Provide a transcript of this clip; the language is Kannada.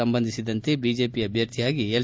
ಸಂಬಂಧಿಸಿದಂತೆ ಬಿಜೆಪಿ ಅಭ್ಯರ್ಥಿಯಾಗಿ ಎಲ್